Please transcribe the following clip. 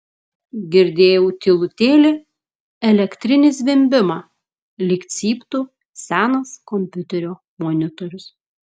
girdėjau tylutėlį elektrinį zvimbimą lyg cyptų senas kompiuterio monitorius